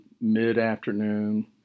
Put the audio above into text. Mid-afternoon